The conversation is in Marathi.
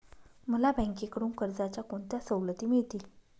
मला बँकेकडून कर्जाच्या कोणत्या सवलती मिळतील?